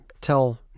tell